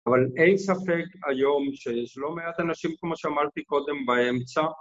אבל אין ספק היום שיש לא מעט אנשים, כמו שאמרתי קודם, באמצע